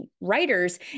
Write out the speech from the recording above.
writers